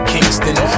Kingston